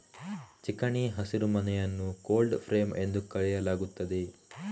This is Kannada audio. ಚಿಕಣಿ ಹಸಿರುಮನೆಯನ್ನು ಕೋಲ್ಡ್ ಫ್ರೇಮ್ ಎಂದು ಕರೆಯಲಾಗುತ್ತದೆ